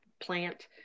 plant